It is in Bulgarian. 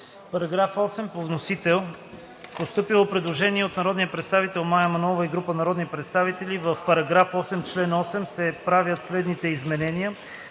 Параграф 8 по вносител. Постъпило е предложение на народния представител Мая Манолова и група народни представители: „В § 8, чл. 8 се правят следните изменения: